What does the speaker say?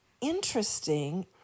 interesting